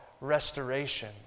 restoration